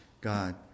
God